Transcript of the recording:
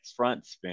Frontspin